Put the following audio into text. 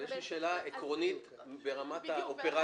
אבל יש לי שאלה עקרונית ברמת האופרציה.